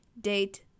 date